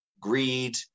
greed